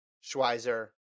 Schweizer